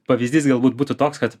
pavyzdys galbūt būtų toks kad